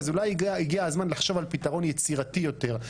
אז אולי הגיע הזמן לחשוב על פתרון יצירתי יותר.